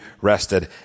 rested